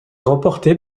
remportée